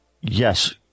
yes